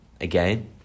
again